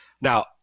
Now